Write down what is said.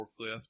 forklift